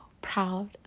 proud